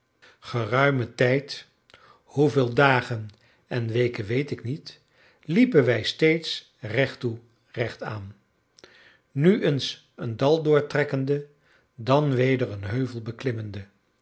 geruimen tijd hoeveel dagen en weken weet ik niet liepen wij steeds recht toe recht aan nu eens een dal doortrekkende dan weder een heuvel beklimmende